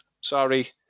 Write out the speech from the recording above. Sorry